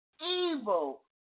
evil